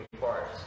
parts